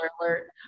alert